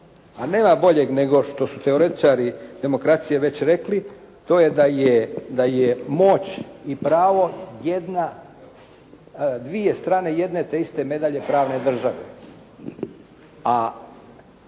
a nema boljeg nego što su teoretičari demokracije već rekli, to je da je moć i pravo jedna, dvije strane jedne te iste medalje pravne države.